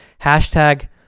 hashtag